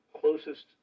closest